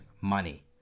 money